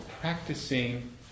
practicing